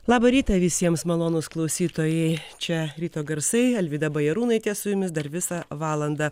labą rytą visiems malonūs klausytojai čia ryto garsai alvyda bajarūnaitė su jumis dar visą valandą